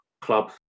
club